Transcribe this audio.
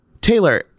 taylor